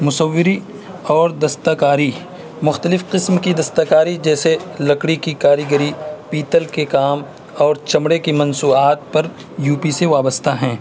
مصوری اور دستکاری مختلف قسم کی دستکاری جیسے لکڑی کی کاری گری پیتل کے کام اور چمڑے کی منصوعات پر یو پی سے وابستہ ہیں